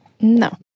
no